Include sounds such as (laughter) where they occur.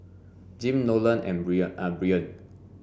Jim Nolen and (unintelligible) and Byron